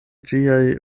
ĝiaj